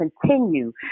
continue